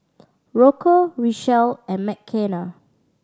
Rocco Richelle and Mckenna